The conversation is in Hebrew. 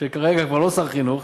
שכרגע הוא כבר לא שר חינוך,